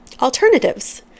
alternatives